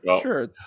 sure